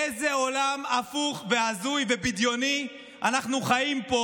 באיזה עולם הפוך והזוי ובדיוני אנחנו חיים פה?